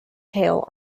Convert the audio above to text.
tail